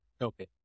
Okay